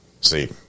See